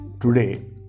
today